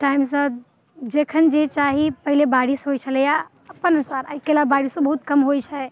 time से जखन जे चाही पहिले बारिश होइत छलै है अपन अनुसार आइ काल्हि आब बारिशो कम होइत छै